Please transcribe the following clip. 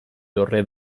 dorre